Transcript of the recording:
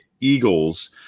Eagles